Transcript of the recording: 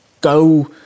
go